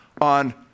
on